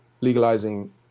legalizing